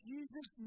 Jesus